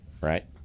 right